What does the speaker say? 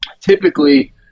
typically